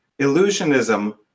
illusionism